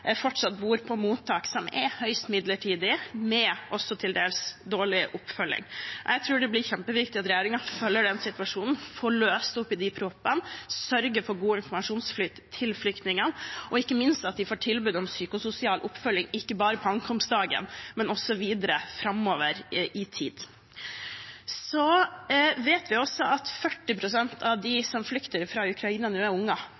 fortsatt bor på mottak som er høyst midlertidige, også med til dels dårlig oppfølging. Jeg tror det blir kjempeviktig at regjeringen følger den situasjonen, får løst opp i de proppene, sørger for god informasjonsflyt til flyktningene og ikke minst at de får tilbud om psykososial oppfølging, ikke bare på ankomstdagen, men også videre framover i tid. Vi vet også at 40 pst. av dem som flykter fra Ukraina nå, er